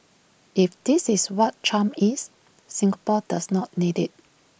if this is what charm is Singapore does not need IT